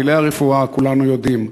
את פלאי הרפואה כולנו יודעים,